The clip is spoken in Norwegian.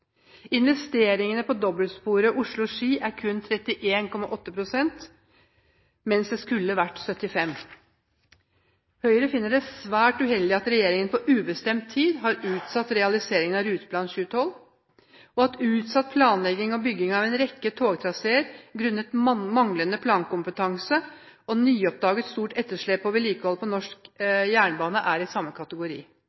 på dobbeltsporet Oslo–Ski, er kun 31,80 pst. oppnådd, mens det skulle vært 75 pst. Høyre finner det sterkt uheldig at regjeringen på ubestemt tid har utsatt realiseringen av Ruteplan 2012. Utsatt planlegging og bygging av en rekke togtraseer grunnet manglende plankompetanse og et nyoppdaget stort etterslep på vedlikeholdet av norsk